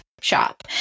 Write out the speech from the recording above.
shop